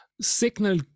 signal